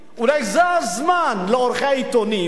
אולי זה הזמן לעורכי העיתונים,